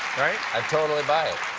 i'd totally buy it.